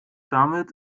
damit